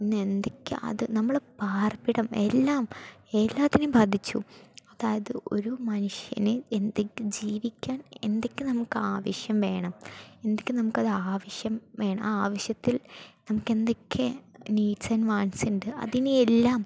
ഇന്ന് എന്തൊക്കെയാണ് അത് നമ്മളെ പാർപ്പിടം എല്ലാം എല്ലാത്തിനേയും ബാധിച്ചു അതായത് ഒരു മനുഷ്യന് എന്തൊക്കെ ജീവിക്കാൻ എന്തൊക്കെ നമുക്ക് ആവശ്യം വേണം എന്തൊക്കെ നമുക്കത് ആവശ്യം വേണം ആ ആവശ്യത്തിൽ നമുക്കെന്തൊക്കെ നീഡ്സ് ആൻഡ് വാണ്ട്സുണ്ട് അതിനെയെല്ലാം